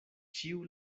ĉiu